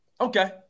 Okay